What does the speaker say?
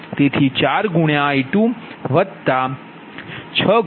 તેથી 4×I26×I1V2 V2I1Z216 હશે